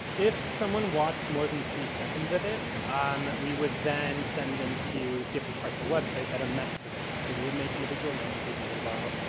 if someone watched more than three seconds of it um we would then send them to different parts of the website that are meant for them. so, we would make individual landing pages as well.